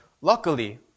luckily